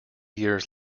years